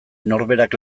norberak